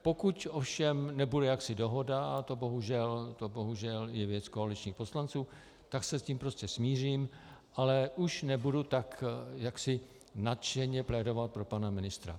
Pokud ovšem nebude jaksi dohoda, a to bohužel je věc koaličních poslanců, tak se s tím prostě smířím, ale už nebudu tak nadšeně plédovat pro pana ministra.